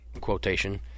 quotation